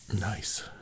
nice